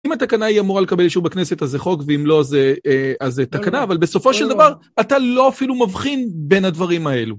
אם התקנה היא אמורה לקבל אישור בכנסת אז זה חוק ואם לא זה תקנה אבל בסופו של דבר אתה לא אפילו מבחין בין הדברים האלו.